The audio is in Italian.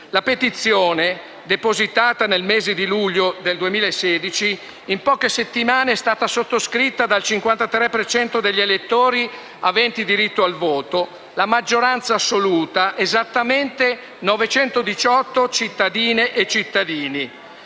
La petizione, depositata nel mese di luglio 2016, in poche settimane è stata sottoscritta dal 53 per cento degli elettori aventi diritto di voto; la maggioranza assoluta, esattamente 918 cittadine e cittadini.